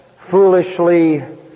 foolishly